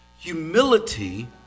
humility